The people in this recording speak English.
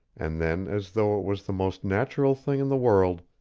and then, as though it was the most natural thing in the world,